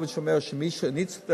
לא משנה שאני צודק,